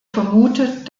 vermutet